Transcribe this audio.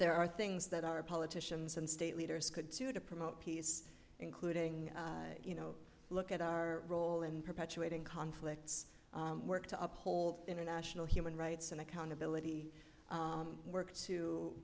there are things that our politicians and state leaders could do to promote peace including you know look at our role in perpetuating conflicts work to uphold international human rights and accountability work to